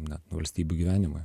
net valstybių gyvenimui